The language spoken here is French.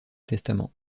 testament